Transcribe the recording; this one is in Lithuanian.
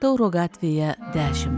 tauro gatvėje dešim